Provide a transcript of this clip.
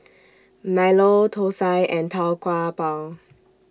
Milo Thosai and Tau Kwa Pau